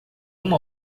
uma